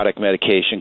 medication